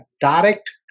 direct